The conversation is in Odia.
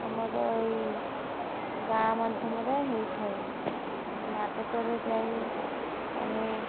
ଆମର ଏଇ ଗାଁ ମାଧ୍ୟମରେ ହେଇଥାଏ ନାଟକରେ ଯାଇ ଆମେ